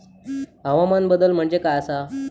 हवामान बदल म्हणजे काय आसा?